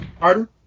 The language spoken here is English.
Pardon